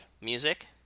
Music